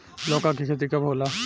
लौका के खेती कब होला?